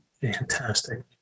Fantastic